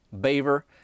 beaver